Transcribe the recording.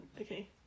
Okay